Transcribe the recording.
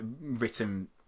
written